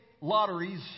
lotteries